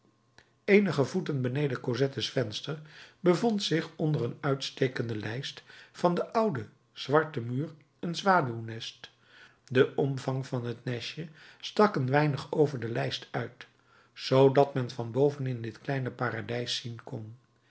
eenige voeten beneden cosettes venster bevond zich onder een uitstekende lijst van den ouden zwarten muur een zwaluwnest de omvang van het nestje stak een weinig over de lijst uit zoodat men van boven in dit kleine paradijs zien kon